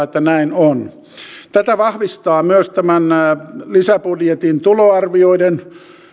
että näin on tätä vahvistavat myös tämän lisäbudjetin tuloarvioiden